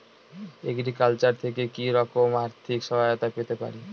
Agriculture থেকে কি রকম আর্থিক সহায়তা পেতে পারি?